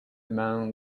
man